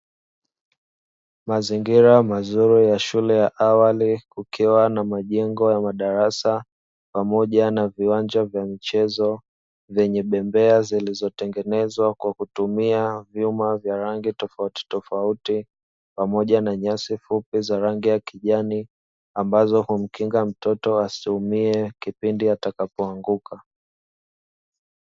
Mazingira mazuri ya shule ya awali kukiwa na majengo ya madarasa, pamoja na viwanja vya michezo, vyenye bembea zilizotengenezwa kwa kutumia vuma vya rangi tofautofauti, pamoja na nyasi fupi za rangi ya kijani ambazo humkinga mtoto asiume kipindi atakapoanguka.